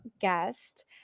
guest